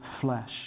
flesh